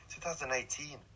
2018